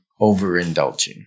overindulging